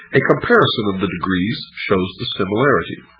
a comparison of the degrees shows the similarity